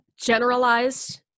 generalized